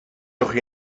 doch